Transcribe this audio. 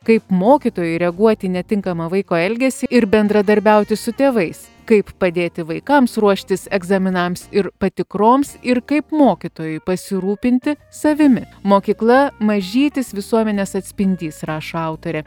kaip mokytojai reaguot į netinkamą vaiko elgesį ir bendradarbiauti su tėvais kaip padėti vaikams ruoštis egzaminams ir patikroms ir kaip mokytojui pasirūpinti savimi mokykla mažytis visuomenės atspindys rašo autorė